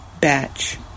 batch